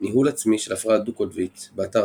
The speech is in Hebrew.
ניהול עצמי של הפרעה דו-קוטבית באתר